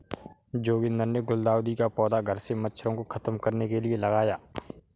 जोगिंदर ने गुलदाउदी का पौधा घर से मच्छरों को खत्म करने के लिए लगाया